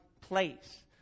place